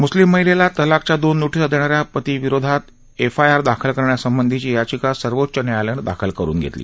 म्स्लिम महिलेला तलाकच्या दोन नोटीसा देणा या पतीविरुद्ध एफआयआर दाखर करण्यासंबंधीची याचिका सर्वोच्च न्यायालयानं दाखल करुन घेतली